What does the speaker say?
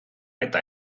eta